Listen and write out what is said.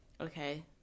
okay